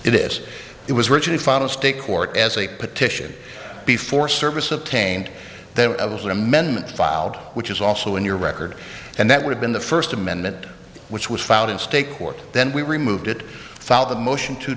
it is it was written in final state court as a petition before service obtained that as an amendment filed which is also in your record and that would have been the first amendment which was found in state court then we removed it thout the motion to